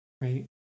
Right